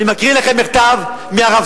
אני מקריא לכם מכתב מהרבצ"ר,